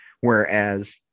Whereas